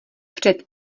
před